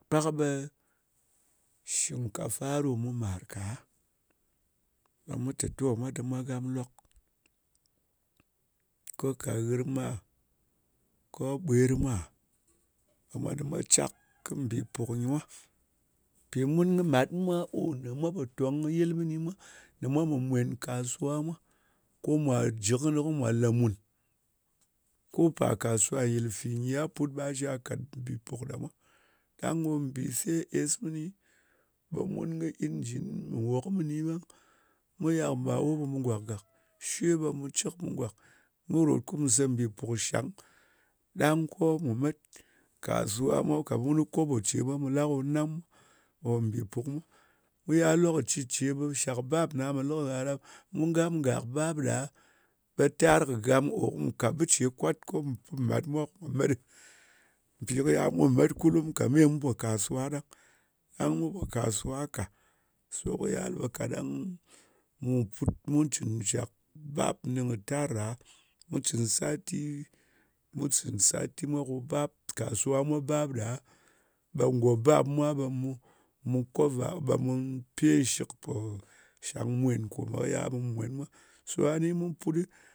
Pak ɓe shɨngkafa ɗo mu màr ka, ɓe mu lɨ tè to mwa dɨm mwa gam lok. Ko ka ghɨrm mwa? Kɨ ɓwer mwa? Ɓe mwa dɨm mwa cyak kɨ mbì puk nyɨ mwa. Mpì mun kɨ mat mwa ò ne mwa pò tong ka yɨl mɨni mwa, ne mwa pò mwèn kasuwa mwa, ko mwà jɨ kɨnɨ ko mwà lē mùn. Ko pà kàsuwa nyìlfi nyi, gha put ɓa sha kat mbì puk ɗa mwa. Ɗang ko mbise, es mɨni, ɓe mun kɨ injin nwok mɨni ɓang. Mu yak mbawo, ɓu gwak gàk. Shwe, ɓe mu cɨk mu gwak mu ròt kum se mbì puk shang ɗang ko mù met kasuwa. Ko ka mun kɨ koɓo ce mwa, ɓe mu la ko nam, ko mbì puk mwa. Mu yal, lokaci ce ɓe shak bap na po lɨ kɨnɨ gha ɗa, ɓe mu gam gàk, bap ɗa, ɓe tar kɨ gam ko kùm ka bɨ ce kwat, ko mù pi màt mwa ko mu met ɗɨ. Mpì kɨ yal, ɓe mu pò met kulum ka. Me mu po kasuwa ɗang. Ɗang mu po kasuwa ka. So kɨ yal ɓe kaɗang mu, put mu cɨn shak bap ner kɨ tar a, ɓe mu cɨn sati mwa ko bap, kasuwa mwa bap ɗa, ɓe ngo bap mwa ɓe mu mu cover, ɓe mu pe shɨk, po shang mwen ne yal ɓe mu mwen mwa. So gha ni mu put ɗɨ,